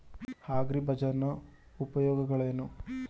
ಅಗ್ರಿಬಜಾರ್ ನ ಉಪಯೋಗವೇನು?